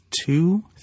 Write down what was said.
two